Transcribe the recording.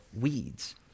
weeds